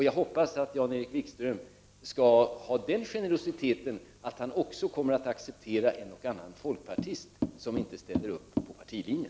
Jag hoppas att Jan-Erik Wikström har den generositeten att han också accepterar om en eller annan folkpartist inte ställer upp på partilinjen.